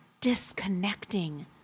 disconnecting